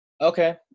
Okay